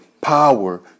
power